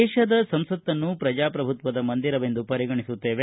ದೇಶದ ಸಂಸತ್ತನ್ನು ಪ್ರಜಾಪ್ರಭುತ್ವದ ಮಂದಿರವೆಂದು ಪರಿಗಣಿಸುತ್ತೇವೆ